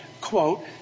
quote